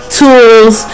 tools